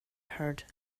herd